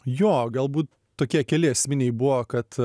jo galbūt tokie keli esminiai buvo kad